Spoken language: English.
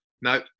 No